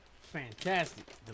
Fantastic